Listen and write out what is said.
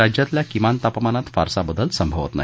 राज्यातल्या किमान तापमानात फारसा बदल संभवत नाही